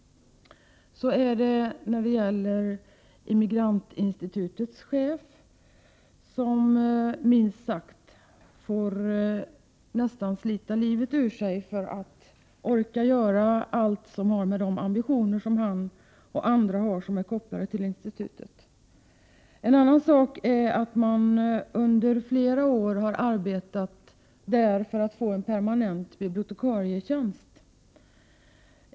Så är det även när det gäller institutets chef, som nästan får slita livet ur sig för att orka uppfylla de ambitioner som han själv och andra har som är kopplade till institutet. En annan sak är att man under flera år har arbetat för att få en permanent bibliotekarietjänst.